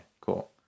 cool